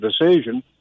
decision